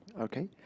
okay